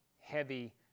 heavy